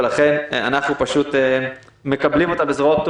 ולכן אנחנו מקבלים אותה בזרועות,